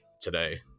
today